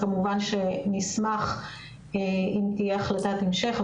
כמובן, שנשמח אם תהיה החלטת המשך.